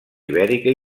ibèrica